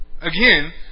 again